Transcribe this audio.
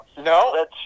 No